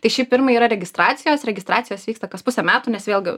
tai šiaip pirma yra registracijos registracijos vyksta kas pusę metų nes vėlgi